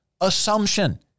assumption